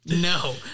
No